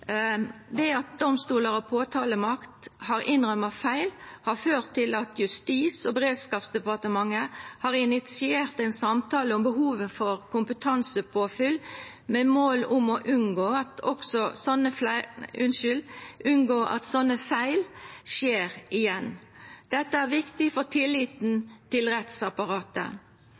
påtalemakt har innrømt feil, har ført til at Justis- og beredskapsdepartementet har initiert ein samtale om behovet for kompetansepåfyll, med mål om å unngå at sånne feil skjer igjen. Dette er viktig for tilliten til rettsapparatet.